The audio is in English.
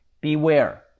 Beware